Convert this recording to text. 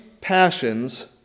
passions